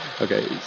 Okay